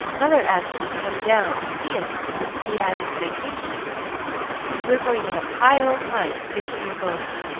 mother asked him to come down and see us when he has his vacation we are going to have high old times fishing and boating.